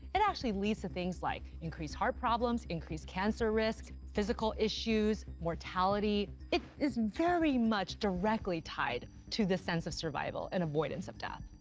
it actually leads to things like increased heart problems increased cancer risk, physical issues, mortality. it is very much directly tied to the sense of survival and avoidance of death.